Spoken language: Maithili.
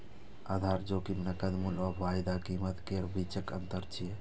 आधार जोखिम नकद मूल्य आ वायदा कीमत केर बीचक अंतर छियै